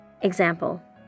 Example